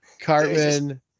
Cartman